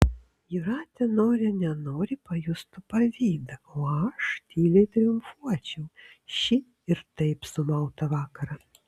jūratė nori nenori pajustų pavydą o aš tyliai triumfuočiau šį ir taip sumautą vakarą